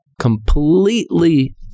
completely